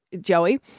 Joey